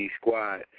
Squad